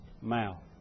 mouth